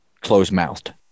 closed-mouthed